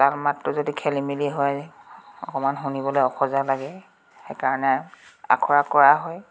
তাল মাতটো যদি খেলিমেলি হয় অকণমান শুনিবলৈ অখজা লাগে সেইকাৰণে আখৰা কৰা হয়